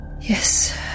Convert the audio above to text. Yes